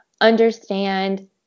understand